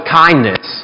kindness